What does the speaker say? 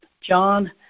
John